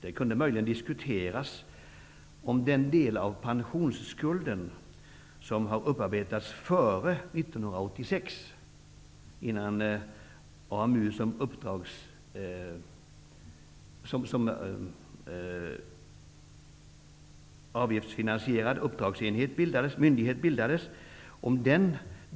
Det kan möjligen diskuteras om den del av pensionsskulden som kommer från tiden före 1986 -- innan AMU som avgiftsfinansierad uppdragsmyndighet bildades -- skall lämnas utanför.